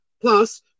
Plus